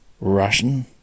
Russian